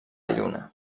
lluna